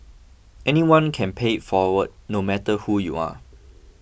anyone can pay it forward no matter who you are